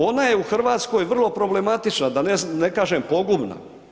Ona je u Hrvatskoj vrlo problematična, da ne kažem pogubna.